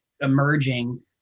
emerging